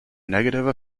negative